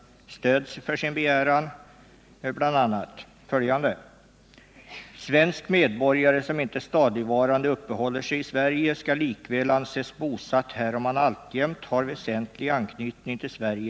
”Svensk medborgare som inte stadigvarande uppehåller sig i Sverige skall Tisdagen den likväl anses bosatt här om han alltjämt har väsentlig anknytning till Sverige.